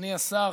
אדוני השר,